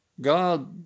God